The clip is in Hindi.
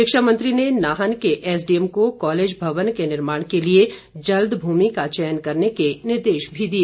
शिक्षा मंत्री ने नाहन के एसडीएम को कॉलेज भवन के निर्माण के लिए जल्द भूमि का चयन करने के निर्देश भी दिए